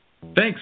Thanks